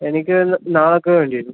എനിക്ക് ഇത് നാളേക്കു വേണ്ടിവരും